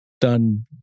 done